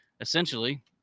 essentially